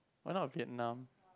why not Vietnam